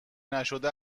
نشده